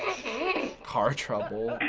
car trouble?